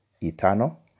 eternal